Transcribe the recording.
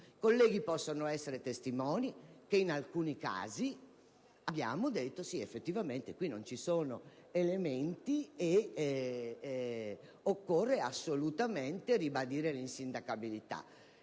colleghi possono essere testimoni che in alcuni casi abbiamo detto: sì, effettivamente qui non ci sono elementi e occorre assolutamente ribadire l'insindacabilità;